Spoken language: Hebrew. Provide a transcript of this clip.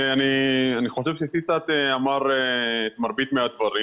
אני חושב שסיסאט אמר את מרבית הדברים